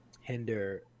hinder